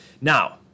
Now